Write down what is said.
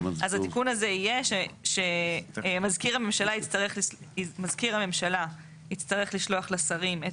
אז התיקון הזה יהיה שמזכיר הממשלה יצטרך לשלוח לשרים את